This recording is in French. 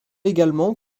également